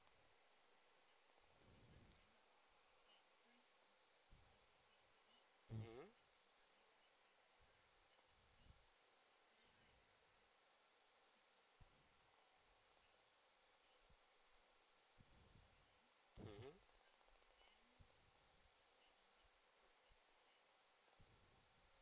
mmhmm mmhmm